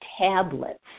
tablets